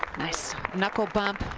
nice knuckle bump.